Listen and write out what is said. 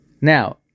Now